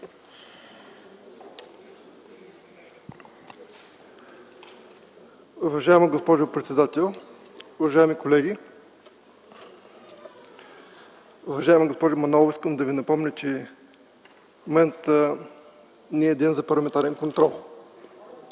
Уважаема госпожо председател, уважаеми колеги! Уважаема госпожо Манолова, искам да Ви напомня, че в момента не е ден за парламентарен контрол.